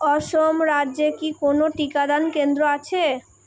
অসম রাজ্যে কি কোনও টিকাদান কেন্দ্র আছে